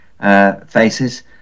faces